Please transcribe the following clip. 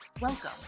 welcome